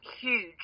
huge